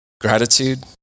gratitude